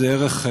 זה ערך חשוב.